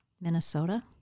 Minnesota